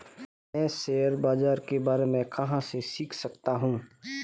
मैं शेयर बाज़ार के बारे में कहाँ से सीख सकता हूँ?